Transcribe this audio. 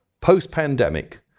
post-pandemic